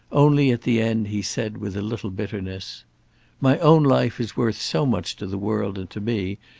only at the end he said with a little bitterness my own life is worth so much to the world and to me,